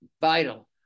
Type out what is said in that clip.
vital